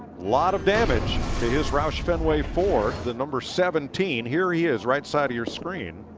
lot of damage to his roush fenway ford, the number seventeen. here he is, right side of your screen.